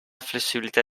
flessibilità